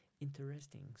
interesting